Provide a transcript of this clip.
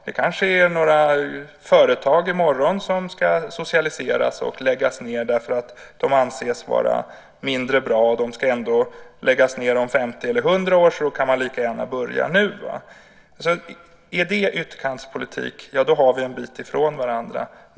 Det kanske är några företag i morgon som ska socialiseras och läggas ned för att de anses vara mindre bra. De ska ändå läggas ned om 50 eller 100 år så då kan man lika gärna börja nu. Är det ytterkantspolitik? Då står vi en bit ifrån varandra.